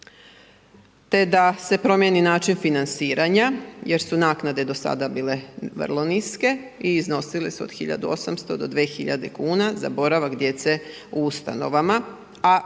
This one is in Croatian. te da se promijeni način financiranja jer su naknade do sada bile vrlo niske i iznosile su od hiljadu 800 do 2 hiljade kuna za boravak djece u ustanovama, za